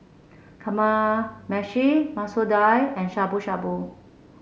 Kamameshi Masoor Dal and Shabu Shabu